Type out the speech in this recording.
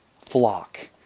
flock